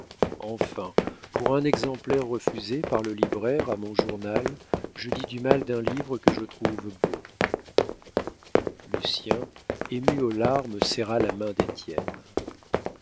enfin pour un exemplaire refusé par le libraire à mon journal je dis du mal d'un livre que je trouve beau lucien ému aux larmes serra la main d'étienne